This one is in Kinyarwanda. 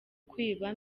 kwiba